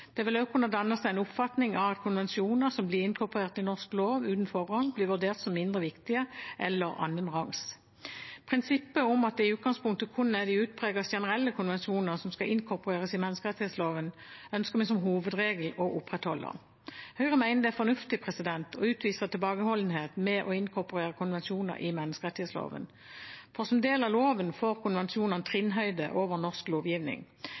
Det vil også kunne danne seg en oppfatning av at konvensjoner som blir inkorporert i norsk lov uten forrang, blir vurdert som mindre viktige eller annenrangs. Prinsippet om at det i utgangspunktet kun er de utpreget generelle konvensjonene som skal inkorporeres i menneskerettsloven, ønsker vi som hovedregel å opprettholde. Høyre mener det er fornuftig å utvise tilbakeholdenhet med å inkorporere konvensjoner i menneskerettsloven, for som del av loven får konvensjonene trinnhøyde over norsk lovgivning.